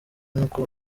nk’uko